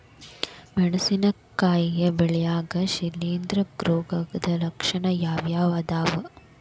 ಮೆಣಸಿನಕಾಯಿ ಬೆಳ್ಯಾಗ್ ಶಿಲೇಂಧ್ರ ರೋಗದ ಲಕ್ಷಣ ಯಾವ್ಯಾವ್ ಅದಾವ್?